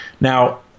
Now